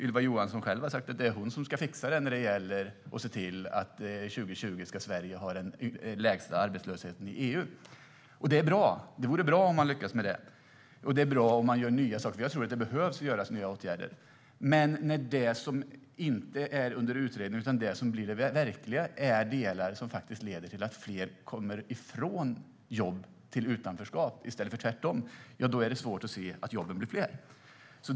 Ylva Johansson själv har sagt att hon ska se till att Sverige 2020 ska ha den lägsta arbetslösheten i EU. Det är bra. Det vore bra om regeringen lyckades med det. Det är bra om man gör nya saker. Jag tror att nya åtgärder behövs. Men när det som blir verklighet, inte det som är under utredning, leder till att fler går från jobb till utanförskap i stället för tvärtom är det svårt att se att jobben blir fler.